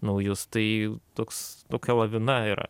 naujus tai toks tokia lavina yra